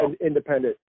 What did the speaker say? independent